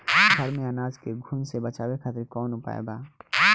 घर में अनाज के घुन से बचावे खातिर कवन उपाय बा?